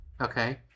Okay